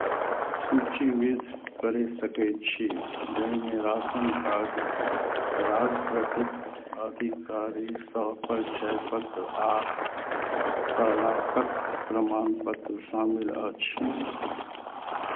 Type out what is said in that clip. सूचीबद्ध करि सकैत छी जाहिमे राशन कार्ड राजपत्रित अधिकारीसँ परिचय पत्र आ तलाकक प्रमाणपत्र शामिल अछि